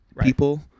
people